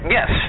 Yes